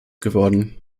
geworden